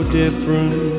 different